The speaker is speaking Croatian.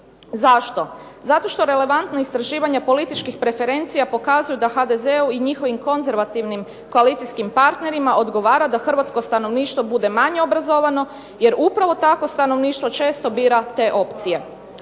Zašto? Zato što relevantno istraživanje političkih preferencija pokazuju da HDZ-u i njihovim konzervativnim koalicijskim partnerima odgovara da hrvatsko stanovništvo bude manje obrazovano, jer upravo takvo stanovništvo često bira te opcije.